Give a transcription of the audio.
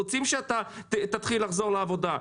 רוצים שאתה תתחיל לחזור לעבודה.